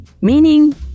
Meaning